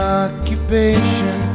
occupation